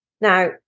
Now